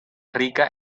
rica